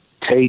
take